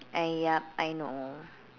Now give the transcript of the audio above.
yup I know